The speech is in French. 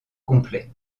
complets